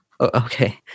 okay